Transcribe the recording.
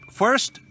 first